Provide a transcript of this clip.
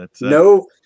No